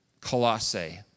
Colossae